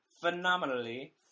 Phenomenally